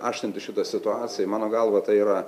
aiškinti šitą situaciją mano galva tai yra